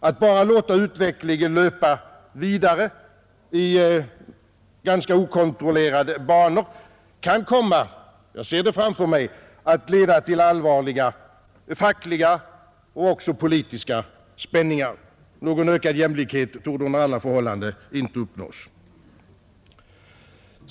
Att bara låta utvecklingen löpa vidare i ganska okontrollerade banor kan komma — jag ser det framför mig — att leda till allvarliga fackliga och även politiska spänningar. Någon ökad jämlikhet torde under alla förhållanden inte uppnås.